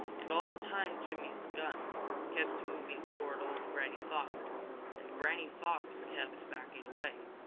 and all the time jimmy skunk kept moving toward old granny fox and granny fox kept backing away,